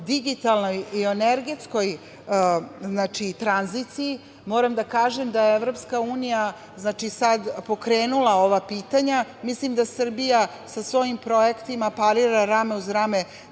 digitalnoj i energetskoj tranziciji, moram da kažem da je EU pokrenula ova pitanja. Mislim da Srbija sa svojim projektima parira rame uz rame